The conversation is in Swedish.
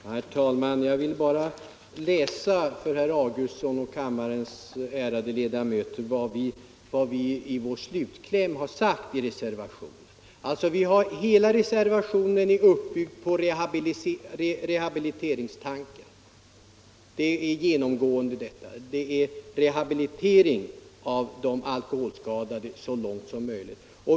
Herr talman! Jag vill för herr Augustsson och för kammarens ärade ledamöter i övrigt läsa upp vad vi har skrivit i slutklämmen till vår reservation. Hela reservationen är f. ö. uppbyggd på rehabiliteringstanken. Det genomgående temat är rehabilitering av de alkoholskadade så långt det är möjligt.